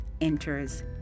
enters